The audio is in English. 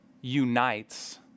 unites